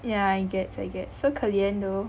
yeah I gets I gets so 可怜 though